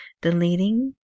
Deleting